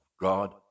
God